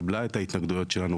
קיבלה את ההתנגדויות שלנו,